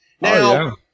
Now